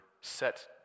set